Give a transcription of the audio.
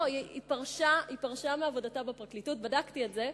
לא, היא פרשה מעבודתה בפרקליטות, בדקתי את זה.